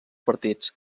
partits